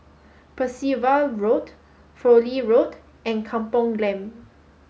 Percival Road Fowlie Road and Kampong Glam